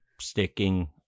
sticking